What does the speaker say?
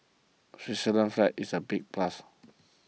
Switzerland's flag is a big plus